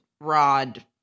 rod